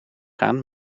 gaan